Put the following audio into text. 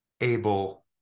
able